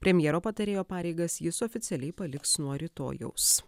premjero patarėjo pareigas jis oficialiai paliks nuo rytojaus